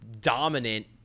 dominant